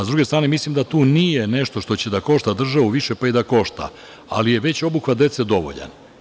Sa druge strane, mislim da to nije nešto što će da košta državu više, pa i da košta, ali je već obuka dece dovoljna.